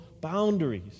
boundaries